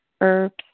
herbs